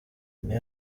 nyuma